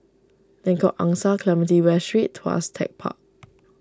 Lengkok Angsa Clementi West Street Tuas Tech Park